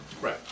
Right